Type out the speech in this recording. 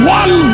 one